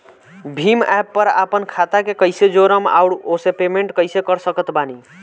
Bhim app पर आपन खाता के कईसे जोड़म आउर ओसे पेमेंट कईसे कर सकत बानी?